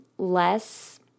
less